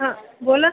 हां बोला